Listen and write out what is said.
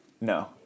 No